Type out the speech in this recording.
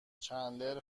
چندلر